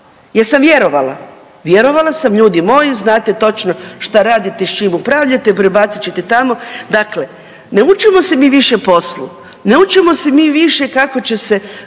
sam vjerovala. Vjerovala sam ljudi moji znate točno šta radite i s čim upravljate, prebacit ćete tamo. Dakle, ne učimo se mi više poslu, ne učimo se mi više kako će se